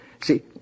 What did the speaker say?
see